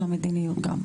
בהחלט.